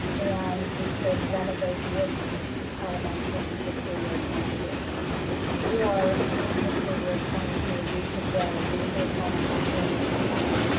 and we could renovate woodward elementary in fiscal year twenty two or in fiscal year twenty two, we could build the ortona osceola k eight.